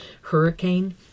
hurricane